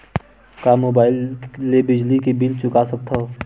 का मुबाइल ले बिजली के बिल चुका सकथव?